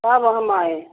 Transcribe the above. कब हम आये